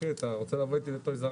אחי, אתה רוצה לבוא איתי לToysRUs-?